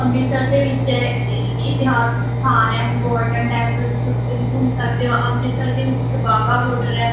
ਅੰਮ੍ਰਿਤਸਰ ਦੇ ਵਿੱਚ ਹੈ ਇਤਿਹਾਸਿਕ ਸਥਾਨ ਹੈ ਗੋਲਡਨ ਟੈਂਪਲ ਤੁਸੀਂ ਉੱਥੇ ਵੀ ਘੁੰਮ ਸਕਦੇ ਹੋ ਅੰਮ੍ਰਿਤਸਰ ਦੇ ਵਿੱਚ ਇੱਕ ਬਾਘਾ ਬੋਡਰ ਹੈ